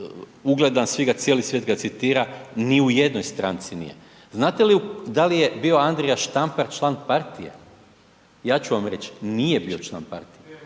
ugledan cijeli svijet ga citira, ni u jednoj stranci nije. Znate li da li je bio Andrija Štampar član partije? Ja ću vam reći, nije bio član partije,